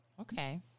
okay